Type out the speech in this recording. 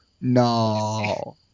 no